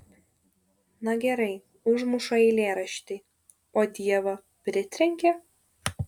na gerai užmuša eilėraštį o dievą pritrenkia